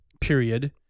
period